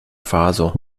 faso